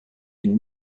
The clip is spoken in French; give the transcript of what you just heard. une